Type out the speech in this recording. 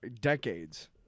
decades